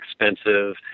expensive